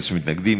אפס מתנגדים,